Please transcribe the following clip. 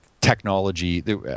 technology